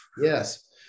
Yes